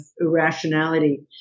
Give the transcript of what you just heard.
irrationality